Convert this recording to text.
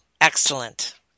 excellent